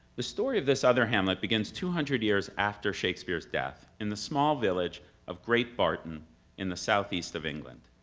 the story of this other hamlet begins two hundred years after shakespeare's death, in the small village of great barton in the southeast of england.